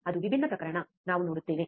ಅದು ವಿಭಿನ್ನ ಪ್ರಕರಣ ನಾವು ನೋಡುತ್ತೇವೆ